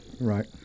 Right